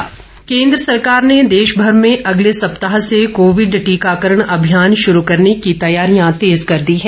टीकाकरण केन्द्र सरकार ने देशभर में अगले सप्ताह से कोविड टीकारण अभियान शुरू करने की तैयारियां तेज कर दी हैं